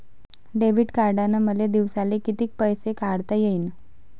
Debit कार्डनं मले दिवसाले कितीक पैसे काढता येईन?